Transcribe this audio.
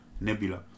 Nebula